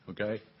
okay